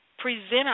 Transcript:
Present